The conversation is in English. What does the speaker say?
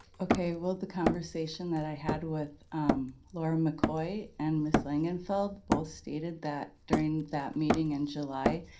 okay, well, the conversation that i had with laura mccoy and ms. langenfeld, both stated that during that meeting in july,